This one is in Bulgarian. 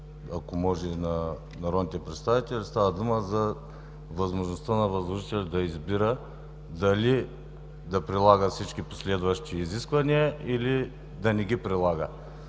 да обясня на народните представители, че става дума за възможността на възложителя да избира дали да прилага всички последващи изисквания или да не ги прилага.